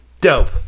Dope